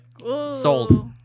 sold